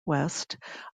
west